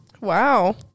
Wow